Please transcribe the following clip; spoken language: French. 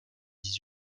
dix